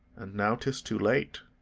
and now tis too late.